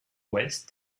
ouest